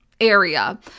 area